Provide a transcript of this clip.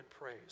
praise